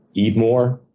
eat more.